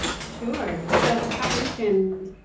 sure. so as kyle mentioned,